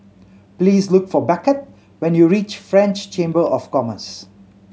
please look for Beckett when you reach French Chamber of Commerce